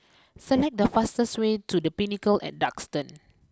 select the fastest way to the Pinnacle at Duxton